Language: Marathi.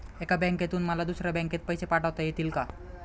एका बँकेतून मला दुसऱ्या बँकेत पैसे पाठवता येतील का?